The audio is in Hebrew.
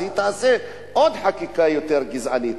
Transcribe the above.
היא תעשה עוד חקיקה יותר גזענית.